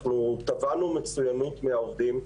אנחנו תבענו מצוינות מהעובדים,